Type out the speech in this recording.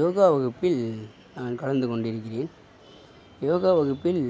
யோகா வகுப்பில் நான் கலந்து கொண்டுருக்கிறேன் யோகா வகுப்பில்